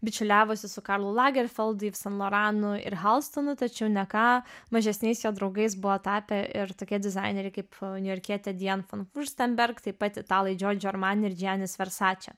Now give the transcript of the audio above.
bičiuliavosi su karlu lagerfildu yves saint laurentu ir halstonu tačiau ne ką mažesniais jo draugais buvo tapę ir tokie dizaineriai kaip niujorkietė diana von furstenberg taip pat italai giorgio armani ir džianis versace